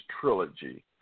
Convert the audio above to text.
trilogy